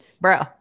bro